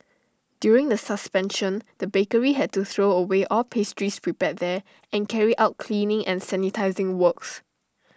during the suspension the bakery had to throw away all pastries prepared there and carry out cleaning and sanitising works